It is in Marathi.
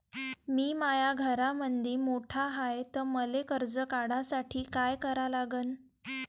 मी माया घरामंदी मोठा हाय त मले कर्ज काढासाठी काय करा लागन?